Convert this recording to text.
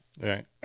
Right